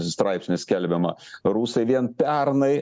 straipsnį skelbiamą rusai vien pernai